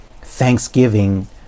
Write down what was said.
thanksgiving